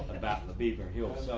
but about the beaver heels. so